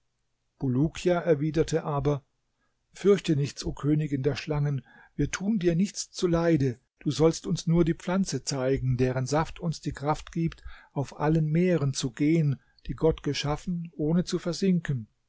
bulukia erwiderte aber fürchte nichts o königin der schlangen wir tun dir nichts zuleide du sollst uns nur die pflanze zeigen deren saft uns die kraft gibt auf allen meeren zu gehen die gott geschaffen ohne zu versinken